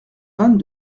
vingt